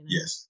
Yes